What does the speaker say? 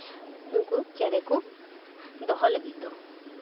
ᱩᱱᱠᱩ ᱪᱮᱬᱮ ᱫᱚᱦᱚ ᱞᱟᱹᱜᱤᱫ ᱫᱚ